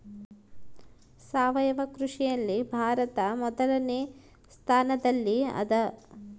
ಸಾವಯವ ಕೃಷಿಯಲ್ಲಿ ಭಾರತ ಮೊದಲನೇ ಸ್ಥಾನದಲ್ಲಿ ಅದ